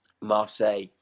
Marseille